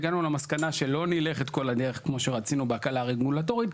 הגענו למסקנה שלא נלך את כל הדרך כמו שרצינו בהקלה הרגולטורית,